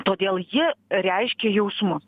todėl ji reiškia jausmus